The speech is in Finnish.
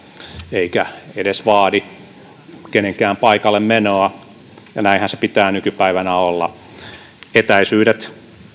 eivätkä edes vaadi kenenkään paikalle menoa ja näinhän sen pitää nykypäivänä olla etäisyydet